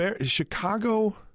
Chicago